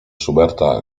schuberta